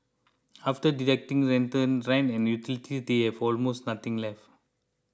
after deducting rent and utilities they have almost nothing left